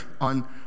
on